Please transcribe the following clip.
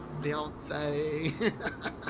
Beyonce